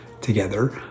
together